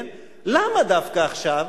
למה דווקא עכשיו?